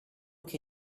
che